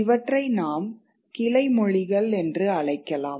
இவற்றை நாம் கிளைமொழிகள் என்று அழைக்கலாம்